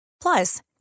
Plus